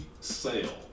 sale